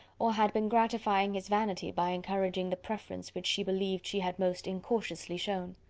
or had been gratifying his vanity by encouraging the preference which she believed she had most incautiously shown.